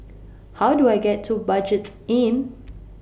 How Do I get to Budget Inn